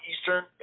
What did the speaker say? Eastern